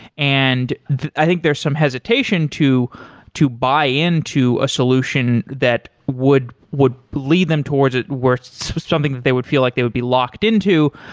and i think there's some hesitation to to buy into a solution that would would lead them towards where it's something that they would feel like they would be locked into.